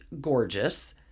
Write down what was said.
gorgeous